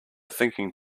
thinking